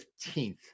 15th